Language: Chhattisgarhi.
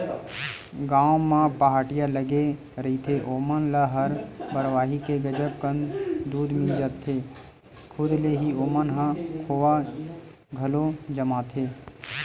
गाँव म पहाटिया लगे रहिथे ओमन ल हर बरवाही के गजब कन दूद मिल जाथे, खुदे ले ही ओमन ह खोवा घलो जमाथे